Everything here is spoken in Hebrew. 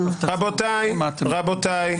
רבותיי,